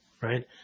right